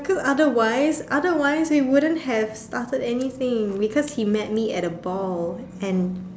cause otherwise otherwise it wouldn't have started anything because he met me at a ball and